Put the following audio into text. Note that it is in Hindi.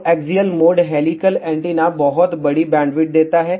तो एक्सियल मोड हेलिकल एंटीना बहुत बड़ी बैंडविड्थ देता है